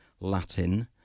Latin